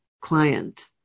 client